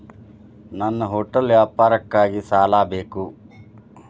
ನನ್ನ ಹೋಟೆಲ್ ವ್ಯಾಪಾರಕ್ಕಾಗಿ ಸಾಲ ಬೇಕು